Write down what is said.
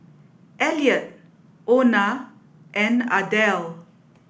Elliott Ona and Ardelle